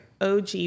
OG